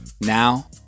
Now